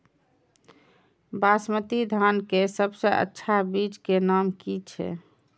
बासमती धान के सबसे अच्छा बीज के नाम की छे?